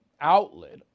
outlet